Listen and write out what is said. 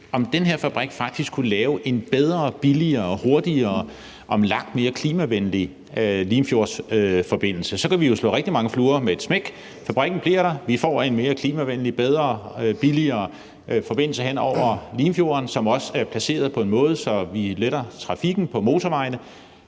fabrik faktisk kunne lave en bedre, billigere, hurtigere og langt mere klimavenlig Limfjordsforbindelse. Så kan vi jo slå rigtig mange fluer med et smæk: Fabrikken bliver der, og vi får en mere klimavenlig, bedre og billigere forbindelse hen over Limfjorden, som også er placeret på en måde, så vi letter trafikken på motorvejene.